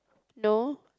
no